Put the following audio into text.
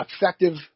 effective